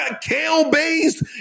Kale-based